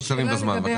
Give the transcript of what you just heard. שאלה לגבי